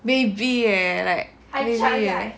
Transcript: maybe eh